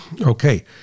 Okay